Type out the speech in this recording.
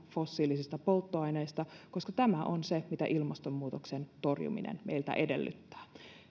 fossiilisista polttoaineista koska tämä on se mitä ilmastonmuutoksen torjuminen meiltä edellyttää